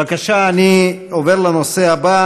בבקשה, אני עובר לנושא הבא.